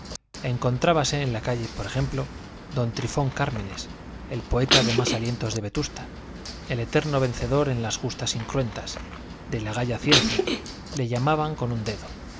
encontrábase en la calle por ejemplo con trifón cármenes el poeta de más alientos de vetusta el eterno vencedor en las justas incruentas de la gaya ciencia le llamaba con un dedo